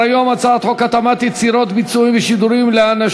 -ראש הקואליציה, חבר הכנסת יריב לוין.